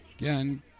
Again